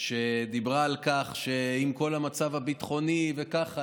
שדיברה על כך שעם כל המצב הביטחוני וככה,